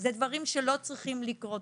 אלה דברים שלא צריכים לקרות.